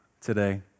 today